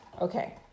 Okay